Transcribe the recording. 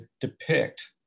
depict